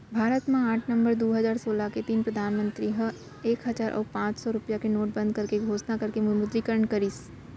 भारत म आठ नवंबर दू हजार सोलह के दिन परधानमंतरी ह एक हजार अउ पांच सौ रुपया के नोट बंद करे के घोसना करके विमुद्रीकरन करिस